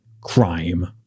crime